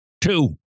Two